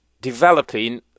developing